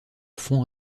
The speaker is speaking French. fonds